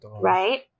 Right